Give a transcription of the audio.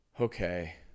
okay